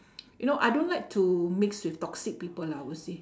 you know I don't like to mix with toxic people lah I will say